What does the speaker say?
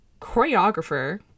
choreographer